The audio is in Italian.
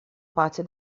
pace